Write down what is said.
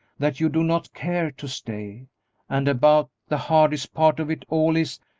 that you do not care to stay and about the hardest part of it all is,